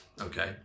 Okay